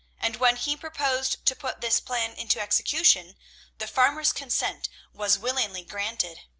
and when he proposed to put this plan into execution the farmer's consent was willingly granted.